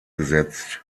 gesetzt